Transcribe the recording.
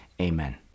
amen